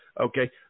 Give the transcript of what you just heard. okay